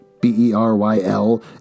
B-E-R-Y-L